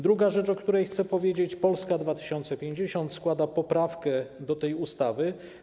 Drugą rzeczą, o której chcę powiedzieć, jest to, że Polska 2050 składa poprawkę do tej ustawy.